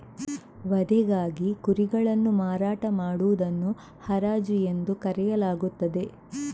ವಧೆಗಾಗಿ ಕುರಿಗಳನ್ನು ಮಾರಾಟ ಮಾಡುವುದನ್ನು ಹರಾಜು ಎಂದು ಕರೆಯಲಾಗುತ್ತದೆ